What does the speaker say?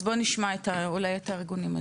אז בוא נשמע אולי את הארגונים האזרחיים.